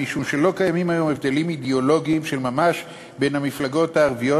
משום שלא קיימים היום הבדלים אידיאולוגיים של ממש בין המפלגות הערביות,